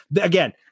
again